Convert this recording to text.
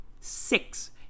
Six